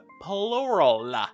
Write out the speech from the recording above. plural